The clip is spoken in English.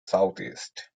southeast